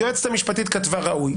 היועצת המשפטית כתבה ראוי.